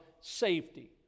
safety